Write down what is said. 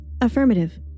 Affirmative